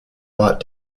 mott